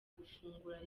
gufungura